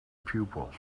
pupils